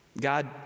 God